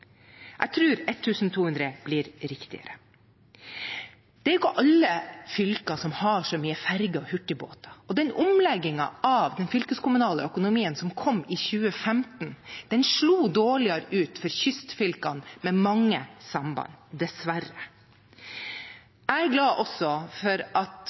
Jeg tror 1 200 kr blir riktigere. Det er jo ikke alle fylker som har så mange ferger og hurtigbåter. Omleggingen av den fylkeskommunale økonomien som kom i 2015, slo dårligere ut for kystfylkene med mange samband – dessverre. Jeg er glad for at